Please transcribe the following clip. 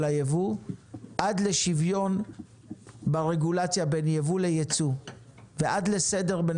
הייבוא על לשוויון הרגולציה בין ייבוא לייצוא ועד לסדר בין